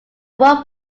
one